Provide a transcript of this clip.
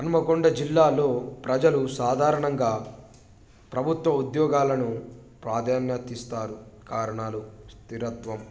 హన్మకొండ జిల్లాలో ప్రజలు సాధారణంగా ప్రభుత్వ ఉద్యోగాలను ప్రాధాన్యతని ఇస్తారు కారణాలు స్థిరత్వం